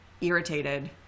irritated